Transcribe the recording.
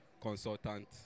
consultant